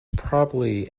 probably